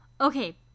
Okay